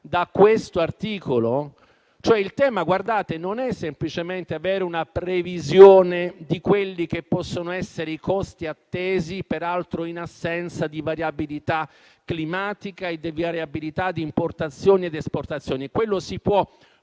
da questo articolo? Il tema non è semplicemente avere una previsione di quelli che possono essere i costi attesi, peraltro in assenza di variabilità climatica e di variabilità di importazioni ed esportazioni. Si può